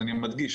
אני מדגיש,